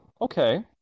okay